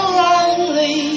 lonely